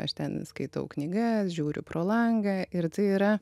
aš ten skaitau knygas žiūriu pro langą ir tai yra